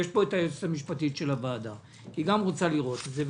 היועצת המשפטית של הוועדה רוצה לראות את זה.